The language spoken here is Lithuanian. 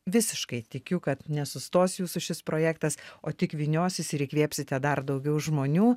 visiškai tikiu kad nesustos jūsų šis projektas o tik vyniosis ir įkvėpsite dar daugiau žmonių